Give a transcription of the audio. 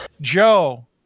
Joe